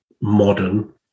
modern